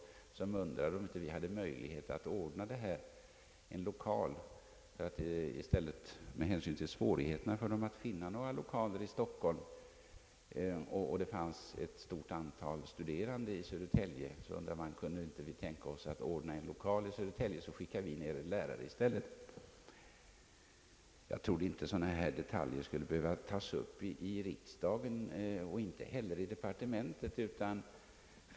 Universitetet undrade om vi inte hade möjlighet att ordna en lokal. Eftersom det var svårt för universitetet att finna lokal i Stockholm och det fanns ett stort antal studerande i Södertälje, frågade man om vi inte kunde ordna en lokal där, så skulle universitetet skicka en lärare i stället. Jag trodde inte att sådana här detaljer skulle behöva tas upp i riksdagen och inte heller i departementet.